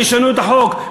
וישנו את החוק,